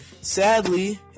sadly